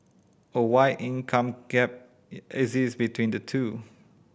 a wide income gap exists between the two